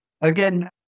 Again